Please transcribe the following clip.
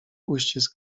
uścisk